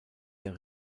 der